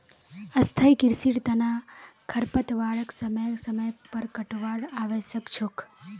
स्थाई कृषिर तना खरपतवारक समय समय पर काटवार आवश्यक छोक